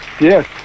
Yes